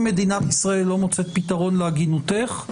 אם מדינת ישראל לא מוצאת פתרון לעגינותך,